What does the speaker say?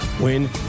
win